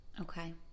Okay